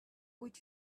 would